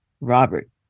Robert